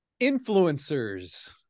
Influencers